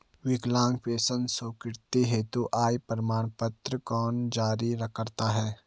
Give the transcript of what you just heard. विकलांग पेंशन स्वीकृति हेतु आय प्रमाण पत्र कौन जारी करता है?